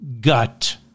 gut